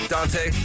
Dante